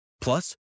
Plus